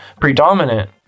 predominant